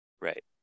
Right